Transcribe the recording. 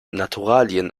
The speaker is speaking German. naturalien